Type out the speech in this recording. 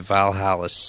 Valhalla